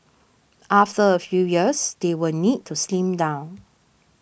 after a few years they will need to slim down